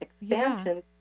expansion